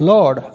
Lord